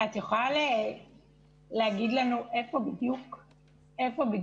את יכולה להגיד לנו איפה בדיוק הבעיה?